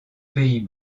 pays